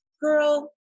girl